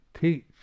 teach